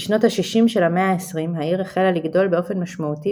בשנות ה-60 של המאה ה-20 העיר החלה לגדול באופן משמעותי